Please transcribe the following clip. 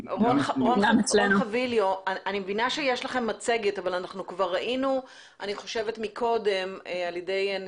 אני מבינה שיש לכם מצגת אבל אנחנו כבר ראינו קודם מצגת שהציגו